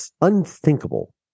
unthinkable